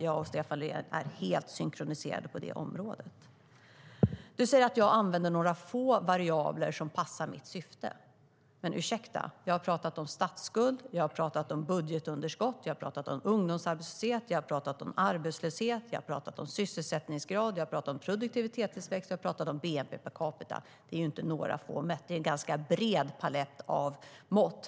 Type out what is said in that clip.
Jag och Stefan Löfven är helt synkroniserade på det området. Du säger att jag använder några få variabler som passar mitt syfte. Men ursäkta, jag har pratat om statsskuld, budgetunderskott, ungdomsarbetslöshet, arbetslöshet, sysselsättningsgrad, produktivitetstillväxt och bnp per capita. Det är inte några få mått, utan det är en ganska bred palett av mått.